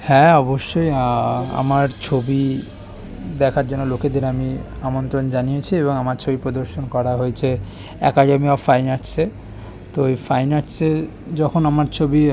হ্যাঁ অবশ্যই আমার ছবি দেখার জন্য লোকেদের আমি আমন্ত্রণ জানিয়েছি এবং আমার ছবি প্রদর্শন করা হয়েছে একাডেমি অফ ফাইন আর্টসে তো ওই ফাইন আর্টসে যখন আমার ছবি